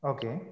Okay